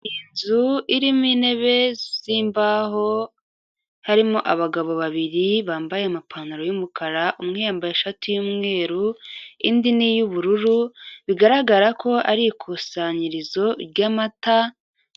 Inzu irimo intebe z'imbaho harimo abagabo babiri bambaye amapantaro y'umukara, umwe yambaye ishati y'umweru indi ni iy'ubururu, bigaragara ko ari ikusanyirizo ry'amata.